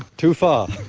too far.